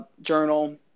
journal